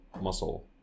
muscle